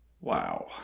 Wow